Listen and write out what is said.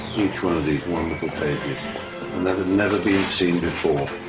each one of these wonderful pages. and that had never been seen before